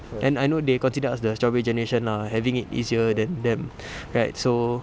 and I know they consider us the strawberry generation lah having it easier than them right so